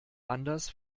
anders